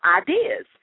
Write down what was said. ideas